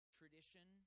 tradition